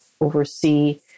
oversee